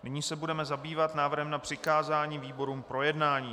Nyní se budeme zabývat návrhem na přikázání výborům k projednání.